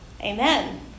Amen